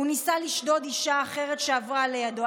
הוא ניסה לשדוד אישה אחרת שעברה לידו.